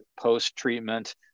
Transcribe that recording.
post-treatment